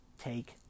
take